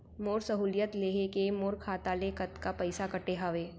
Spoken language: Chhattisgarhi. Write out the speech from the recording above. मोर सहुलियत लेहे के मोर खाता ले कतका पइसा कटे हवये?